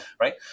right